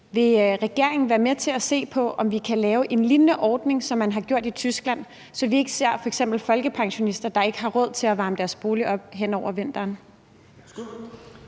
Vil regeringen være med til at se på, om vi kan lave en ordning som den, de har lavet i Tyskland, så vi ikke kommer til at se, at der f.eks. er folkepensionister, der ikke har råd til at varme deres bolig op hen over vinteren?